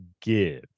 give